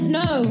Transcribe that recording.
no